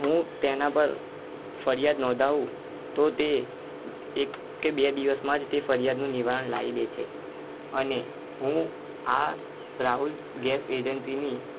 હું તેના પર ફરિયાદ નોંધાવું તો તે એક કે બે દિવસમાં જ તે ફરિયાદનું નિવારણ લાવી દે છે અને હું આ રાહુલ ગેસ એજન્સીની